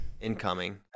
incoming